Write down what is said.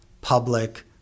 public